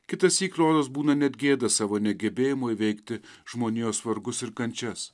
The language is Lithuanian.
kitąsyk rodos būna net gėda savo negebėjimo įveikti žmonijos vargus ir kančias